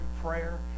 prayer